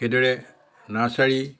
সেইদৰে নাৰ্ছাৰী